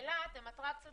באילת עם האטרקציות